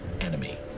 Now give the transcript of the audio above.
enemy